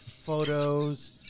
photos